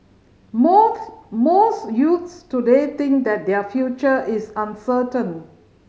most most youths today think that their future is uncertain